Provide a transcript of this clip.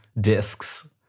discs